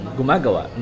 gumagawa